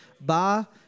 Ba